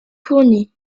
fourni